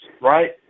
right